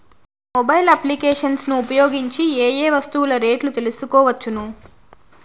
Mobile applications ను ఉపయోగించి ఏ ఏ వస్తువులు రేట్లు తెలుసుకోవచ్చును?